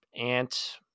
Ant